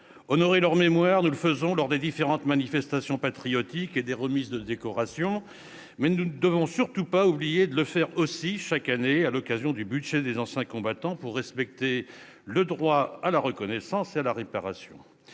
honorer leur mémoire, nous le faisons lors des différentes manifestations patriotiques et des remises de décorations. Mais nous ne devons surtout pas oublier de le faire aussi chaque année à l'occasion de l'examen du budget des anciens combattants, pour respecter le droit à la reconnaissance et à la réparation.